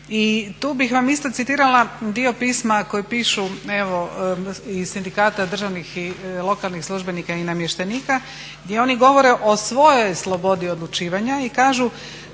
I tu bih vam isto citirala dio pisma koji pišu evo iz Sindikata državnih i lokalnih službenika i namještenika gdje oni govore o svojoj slobodi odlučivanja i kažu